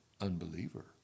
unbeliever